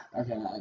Okay